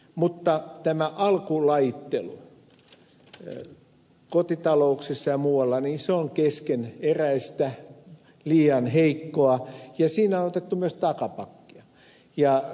mutta alkulajittelu kotitalouksissa ja muualla on keskeneräistä liian heikkoa ja siinä on otettu myös takapakkia